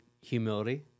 humility